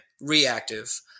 reactive